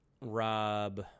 rob